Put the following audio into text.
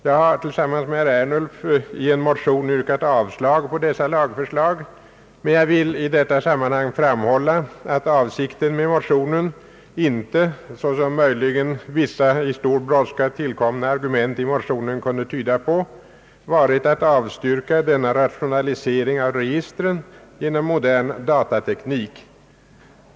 Jag har tillsammans med herr Ernulf i en motion yrkat avslag på dessa lagförslag, men jag vill i detta sammanhang framhålla, att avsikten med motionen icke — såsom möjligen vissa i stor brådska tillkomna argument i motionen kunde tyda på — varit att avstyrka denna rationalisering av registren genom modern datateknik.